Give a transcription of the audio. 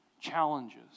challenges